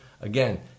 Again